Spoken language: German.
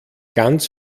ganz